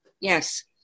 Yes